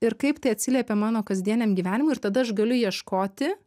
ir kaip tai atsiliepė mano kasdieniam gyvenimui ir tada aš galiu ieškoti